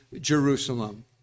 Jerusalem